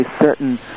certain